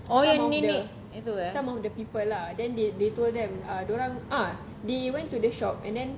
oh yang nenek tu eh